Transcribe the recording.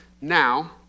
now